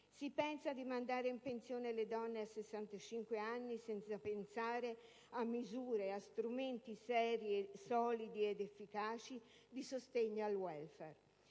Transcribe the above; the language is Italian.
Si pensa di mandare in pensione le donne a 65 anni senza pensare a misure, a strumenti seri, solidi ed efficaci di sostegno al *welfare*.